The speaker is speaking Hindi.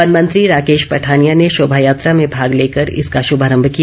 वन मंत्री राकेश पठानिया ने शोभायात्रा में भाग लेकर इसका शुभारम्भ किया